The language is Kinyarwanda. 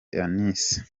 eunice